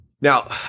Now